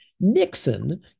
Nixon